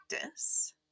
practice